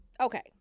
Okay